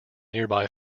nearby